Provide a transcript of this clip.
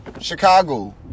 Chicago